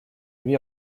lui